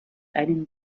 einen